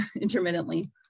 intermittently